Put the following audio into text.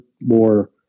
more